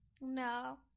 No